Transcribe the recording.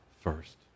first